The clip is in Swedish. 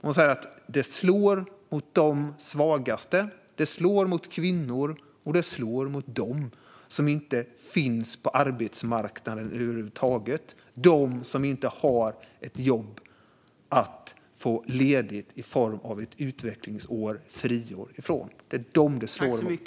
Hon säger att det slår mot de svagaste, mot kvinnor och mot dem som inte finns på arbetsmarknaden över huvud taget - de som inte har ett jobb att få ledigt ifrån i form av ett utvecklingsår eller friår. Det är dem som det slår emot.